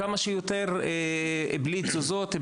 כמה שיותר בלי תזוזות,